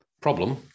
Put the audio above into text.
problem